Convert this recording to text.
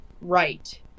right